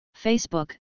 Facebook